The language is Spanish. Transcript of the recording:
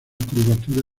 curvatura